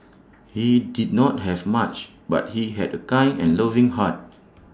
he did not have much but he had A kind and loving heart